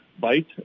bite